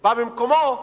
בא במקומו.